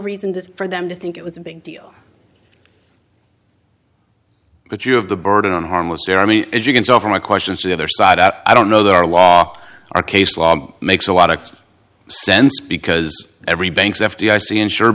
that for them to think it was a big deal but you have the burden on harmless there i mean as you can tell from my questions the other side out i don't know that our law our case law makes a lot of sense because every bank's f d i c unsure